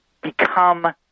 become